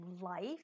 life